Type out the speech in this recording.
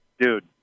Dude